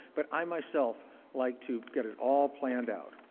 but i myself like to get it all planned out.